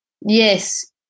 Yes